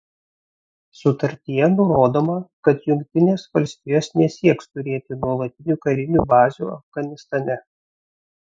sutartyje nurodoma kad jungtinės valstijos nesieks turėti nuolatinių karinių bazių afganistane